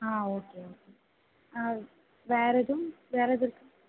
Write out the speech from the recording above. ஆ okay ஆ வேறு எதுவும் வேறு எதுவும் இருக்கா